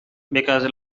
because